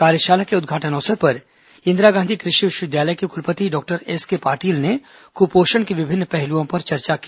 कार्यशाला के उद्घाटन अवसर पर इंदिरा गांधी कृषि विश्वविद्यालय के कुलपति डॉक्टर एसके पाटील ने कुपोषण के विभिन्न पहलुओं पर चर्चा की